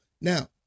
Now